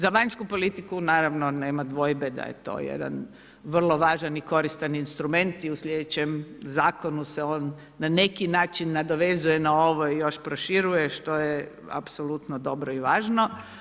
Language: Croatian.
Za vanjsku politiku naravno nema dvojbe da je to jedan vrlo važan i koristan instrument i u sljedećem zakonu se on na neki način nadovezuje na ovo i još proširuje što je apsolutno dobro i važno.